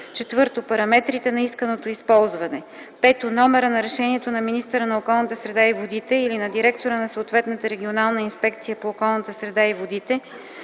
т. 4; 4. параметрите на исканото използване; 5. номера на решението на министъра на околната среда и водите или на директора на съответната регионална инспекция по околната среда и водите